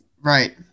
Right